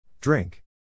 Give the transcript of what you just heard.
Drink